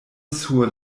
sur